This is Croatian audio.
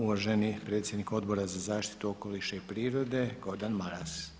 Uvaženi predsjednik Odbora za zaštitu okoliša i prirode Gordan Maras.